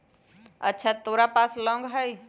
अच्छा तोरा पास लौंग हई?